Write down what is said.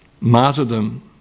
martyrdom